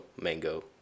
Mango